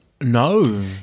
No